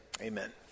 amen